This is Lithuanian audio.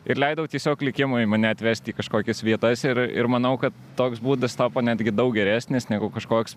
ir leidau tiesiog likimui mane atvest į kažkokias vietas ir ir manau kad toks būdas tapo netgi daug geresnis negu kažkoks